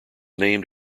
named